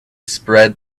spread